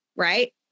right